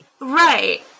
Right